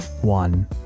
one